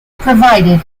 provided